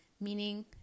meaning